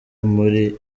muri